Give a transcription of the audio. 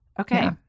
Okay